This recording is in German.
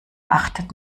achtet